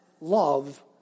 love